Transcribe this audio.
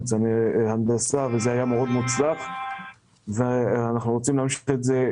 ניצני הנדסה וזה היה מאוד מוצלח ואנחנו רוצים להמשיך בזה.